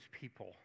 people